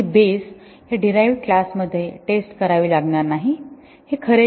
ही base ह्या derive class मध्ये test करावी लागणार नाही हे खरे नाही